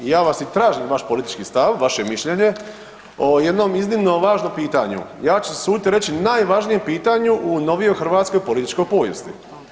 Ja vas i tražim vaš politički stav, vaše mišljenje o jednom iznimno važnom pitanju, ja ću se usuditi reći najvažnijem pitanju u novijoj hrvatskoj političkoj povijesti.